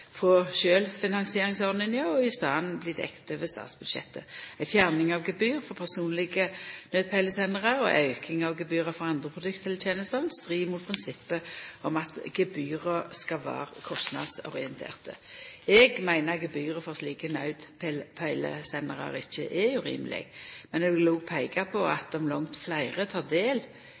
for arbeid knytt til naudpeilesendarar bli unnatekne frå sjølvfinansieringsordninga og i staden bli dekte over statsbudsjettet. Ei fjerning av gebyr for personlege naudpeilesendarar og ei auking av gebyra for andre produkt eller tenester ville stri mot prinsippet om at gebyra skal vera kostnadsorienterte. Eg meiner gebyret for slike naudpeilesendarar ikkje er urimeleg, men eg vil òg peika på at om langt fleire